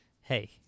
hey